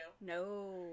No